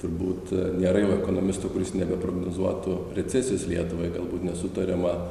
turbūt nėra jau ekonomisto kuris nebeprognozuotų recesijos lietuvai galbūt nesutariama